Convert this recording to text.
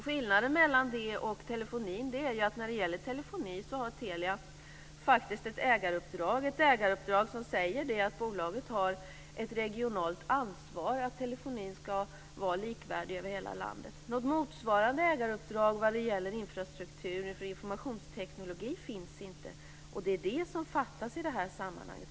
Skillnaden mellan detta och telefoni är ju att när det gäller telefoni har Telia faktiskt ett ägaruppdrag, ett ägaruppdrag som säger att bolaget har ett regionalt ansvar för att telefonin skall vara likvärdig över hela landet. Något motsvarande ägaruppdrag vad gäller infrastruktur för informationsteknologi finns inte, och det är det som fattas i det här sammanhanget.